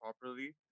properly